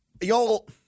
Y'all